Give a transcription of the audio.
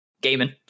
gaming